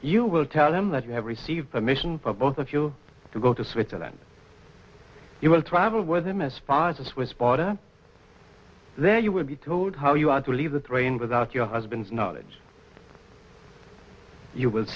you will tell him that you have received permission for both of you to go to switzerland you will travel with him as far as the swiss border there you will be told how you are to leave the train without your husband's knowledge you w